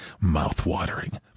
Mouth-watering